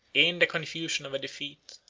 in the confusion of a defeat,